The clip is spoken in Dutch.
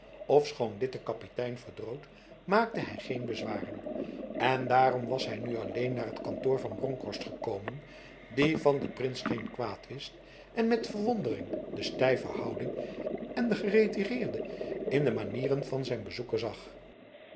ofschoon dit de kapitein verdroot maakte hij geen bezwaren en daarom was hij nu alleen naar t kantoor van bronkhorst gekomen die van de prins geen kwaad wist en met verwondering de stijve houding en het geretireerde in de manieren van zijn bezoeker zag